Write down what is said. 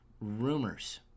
Rumors